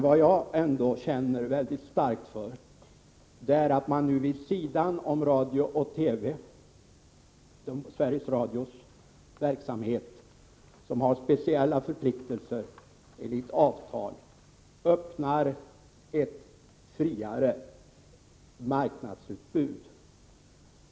å Jag har en mycket stark känsla av att man vid sidan av Sveriges Radios verksamhet, som har speciella förpliktelser enligt avtal, öppnar ett friare marknadsutbud.